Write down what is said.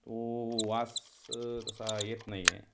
हो हो वास तसा येत नाही आहे